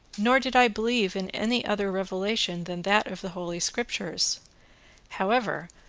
nor did i believe in any other revelation than that of the holy scriptures however,